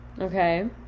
Okay